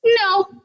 No